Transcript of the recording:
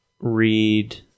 Read